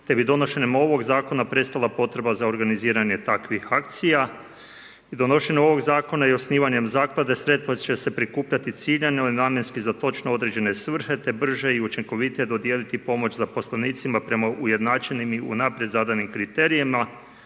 te bi donošenjem ovog zakona prestala potreba za organiziranje takvih akcija i donošenjem ovog zakona i osnivanjem zaklade sredstva će se prikupljati ciljano namjenski za točno određene svrhe te brže i učinkovitije dodijeliti pomoć zaposlenicima prema ujednačenim i unaprijed zadanim kriterijima.